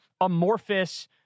amorphous